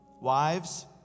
Wives